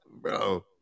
Bro